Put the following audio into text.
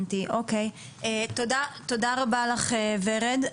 תודה רבה ורד.